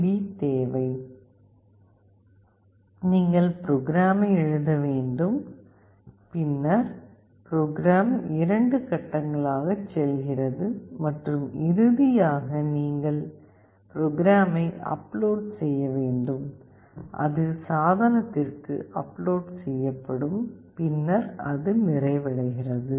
D தேவை நீங்கள் புரோகிராமை எழுத வேண்டும் ப்ரோக்ராம் 2 கட்டங்களாக செல்கிறது மற்றும் இறுதியாக நீங்கள் புரோகிராமை அப்லோட் செய்ய வேண்டும் அது சாதனத்திற்கு அப்லோட் செய்யப்படும் பின்னர் அது நிறைவடைகிறது